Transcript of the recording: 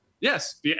Yes